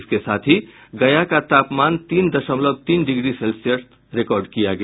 इसके साथ ही गया का तापमान तीन दशमलव तीन डिग्री सेल्सियस रिकॉर्ड किया गया